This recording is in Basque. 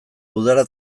udara